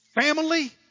Family